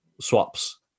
swaps